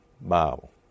Bible